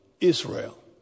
Israel